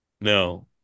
No